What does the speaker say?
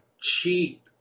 cheat